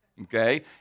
okay